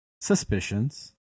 suspicions